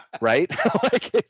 right